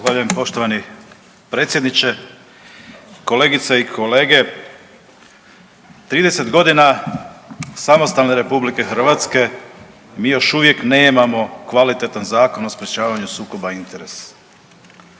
Zahvaljujem poštovani predsjedniče. Kolegice i kolege. 30 godina samostalne RH mi još uvijek nemamo kvalitetan Zakon o sprječavanju sukoba interesa.